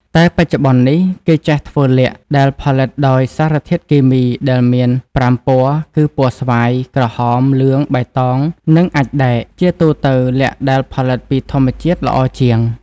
តែបច្ចុប្បន្ននេះ គេចេះធ្វើល័ខ ដែលផលិតដោយសារធាតុគីមីដែលមាន ៥ ពណ៌គី ពណ៌ស្វាយ ក្រហម លឿង បៃតង និងអាចម៍ដែក ជាទូទៅ ល័ខដែលផលិតពីធម្មជាតិល្អជាង ។